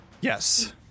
Yes